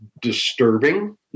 disturbing